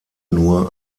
nur